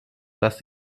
was